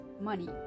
money